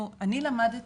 אנחנו-אני למדתי,